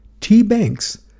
tbanks